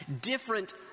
different